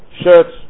shirts